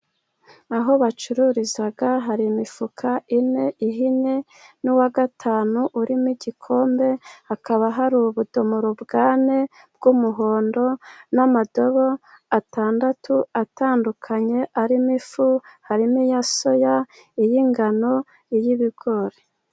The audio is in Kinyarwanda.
Aho bacururiza hari imifuka ine ihinnye n'uwa gatanu urimo igikombe, hakaba hari ubudomoro bw'ane bw'umuhondo, n'amadobo atandatu atandukanye arimo ifu, harimo iya soya, iy'ingano, iy'ibigori.